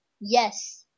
Yes